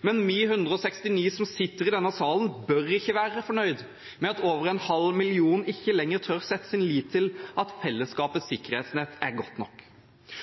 men vi 169 som sitter i denne salen, bør ikke være fornøyd med at over en halv million ikke lenger tør sette sin lit til at fellesskapets sikkerhetsnett er godt nok.